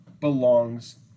belongs